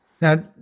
Now